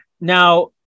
now